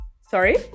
Sorry